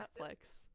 Netflix